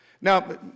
Now